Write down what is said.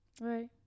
right